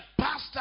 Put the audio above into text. pastor